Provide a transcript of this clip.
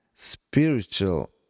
spiritual